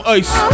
ice